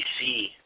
see